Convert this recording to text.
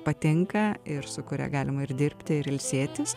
patinka ir su kuria galima ir dirbti ir ilsėtis